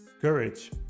courage